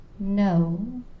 No